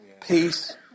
peace